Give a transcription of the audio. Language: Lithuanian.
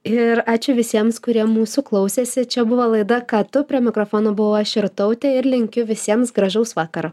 ir ačiū visiems kurie mūsų klausėsi čia buvo laida ką tu prie mikrofono buvau aš irtautė ir linkiu visiems gražaus vakaro